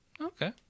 Okay